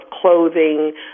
clothing